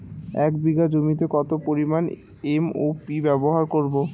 এক বিঘা জমিতে কত পরিমান এম.ও.পি ব্যবহার করব?